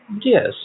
yes